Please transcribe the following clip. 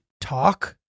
talk